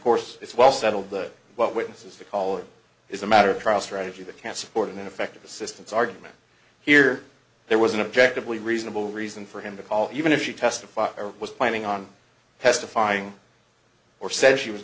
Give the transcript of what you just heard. course it's well settled that what witnesses to call it is a matter of trial strategy that can support an ineffective assistance argument here there was an objective way reasonable reason for him to call even if she testified or was planning on testifying or said she was